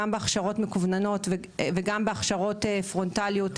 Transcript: גם בהכשרות מקוונות וגם בהכשרות פרונטליות,